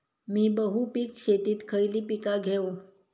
मी बहुपिक शेतीत खयली पीका घेव?